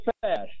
fast